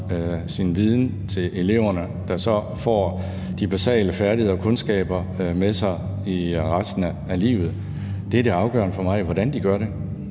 sin viden til eleverne, der så får de basale færdigheder og kundskaber med sig resten af livet. Det er det afgørende for mig. Hvordan de gør det,